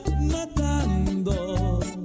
matando